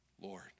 Lord